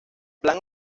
plan